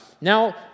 Now